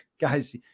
guys